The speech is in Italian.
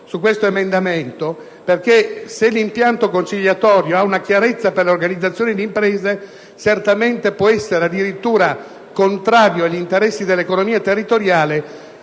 su tale emendamento, perché se l'impianto conciliatorio ha una sua logica per le organizzazioni di imprese, certamente può essere addirittura contrario agli interessi dell'economia territoriale